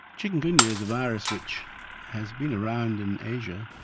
chikungunya is a virus which has been around in asia.